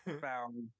found